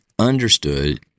understood